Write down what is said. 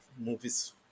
Movie's